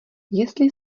jestli